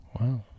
Wow